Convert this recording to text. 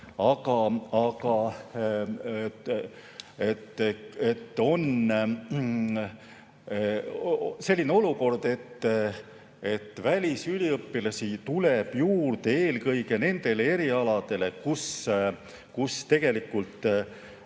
Aga on selline olukord, et välisüliõpilasi tuleb juurde eelkõige nendele erialadele, kus tegelikult